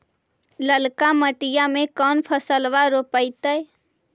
ललका मटीया मे कोन फलबा रोपयतय?